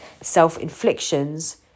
self-inflictions